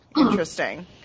interesting